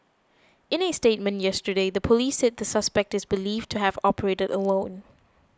in a statement yesterday the police said the suspect is believed to have operated alone